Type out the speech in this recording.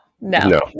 no